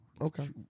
Okay